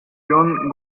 john